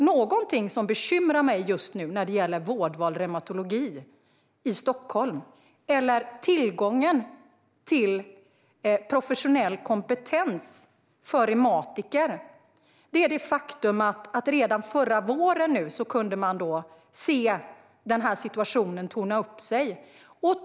Någonting som bekymrar mig just nu när det gäller Vårdval reumatologi i Stockholm eller tillgången till professionell kompetens för reumatiker är att redan förra våren tornade den här situationen upp sig.